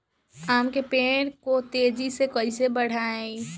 आम के पेड़ को तेजी से कईसे बढ़ाई?